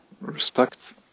Respect